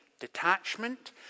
detachment